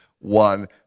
One